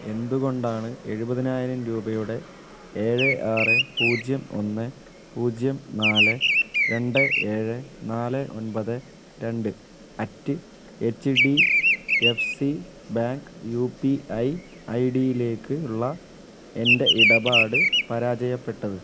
എന്തുകൊണ്ടാണ് എഴുപതിനായിരം രൂപയുടെ ഏഴ് ആറ് പൂജ്യം ഒന്ന് പൂജ്യം നാല് രണ്ട് ഏഴ് നാല് ഒൻപത് രണ്ട് at H D F C bank U P I I ഡിയിലേക്ക് ഉള്ള എൻ്റെ ഇടപാട് പരാജയപ്പെട്ടത്